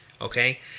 okay